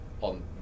on